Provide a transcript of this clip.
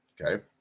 Okay